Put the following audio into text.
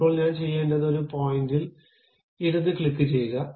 ഇപ്പോൾ ഞാൻ ചെയ്യേണ്ടത് ഒരു പോയിന്റിൽ ഇടത് ക്ലിക്കുചെയ്യുക